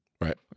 right